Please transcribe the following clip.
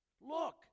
look